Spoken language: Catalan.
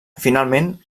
finalment